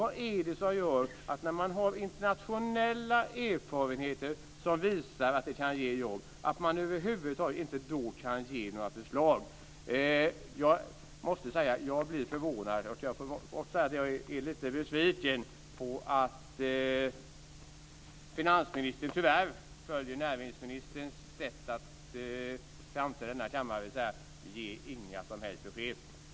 Vad är det som gör att regeringen över huvud taget inte kan ge några förslag, trots att det finns internationella erfarenheter som visar att detta kan ge jobb? Jag måste säga att jag blir förvånad. Jag måste också säga att jag är lite besviken på att finansministern tyvärr följer näringsministerns exempel när det gäller framträdanden i denna kammare och låter bli att ge några som helst besked.